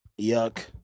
Yuck